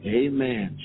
amen